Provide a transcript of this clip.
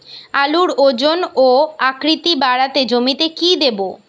আলুর ওজন ও আকৃতি বাড়াতে জমিতে কি দেবো?